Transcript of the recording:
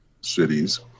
cities